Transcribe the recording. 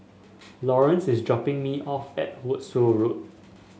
Lawerence is dropping me off at Wolskel Road